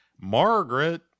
margaret